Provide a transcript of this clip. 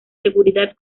seguridad